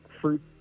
fruit